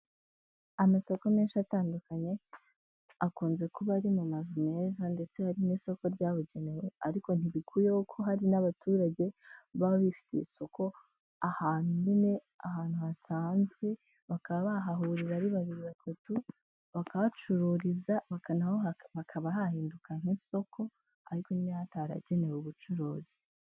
Amasoko menshi atandukanye, akunze kuba ari mu mazu meza ndetse hari n'isoko ryabugenewe, ariko ntibikuyeho ko hari n'abaturage baba bifitiye isoko ahantu nyine, ahantu hasanzwe bakaba bahahurira ari babiri, batatu, bahacururiza naho hakaba hahinduka nk'isoko ariko nyine hataragenewe ubucuruzi.